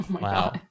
wow